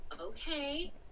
okay